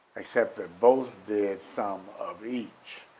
except that both did some of each,